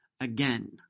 again